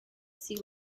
sea